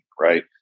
right